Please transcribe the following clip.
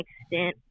extent